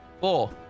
four